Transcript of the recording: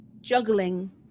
juggling